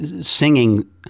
singing